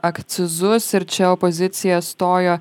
akcizus ir čia opozicija stojo